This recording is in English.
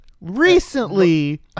Recently